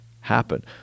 happen